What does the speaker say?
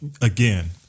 again